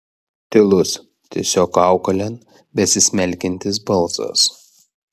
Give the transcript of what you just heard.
tylus tiesiog kaukolėn besismelkiantis balsas